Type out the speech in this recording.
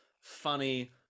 funny